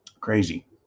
Crazy